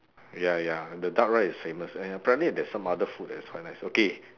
ya ya the duck rice is famous and apparently there is some other food that is quite nice okay